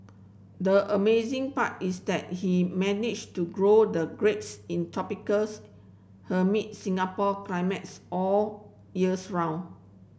the amazing part is that he managed to grow the grapes in tropical Singapore climates all years round